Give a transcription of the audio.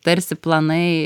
tarsi planai